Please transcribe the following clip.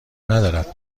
ندارد